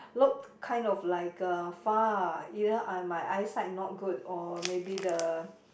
look kind of like uh far you know I might my eye sight not good or maybe the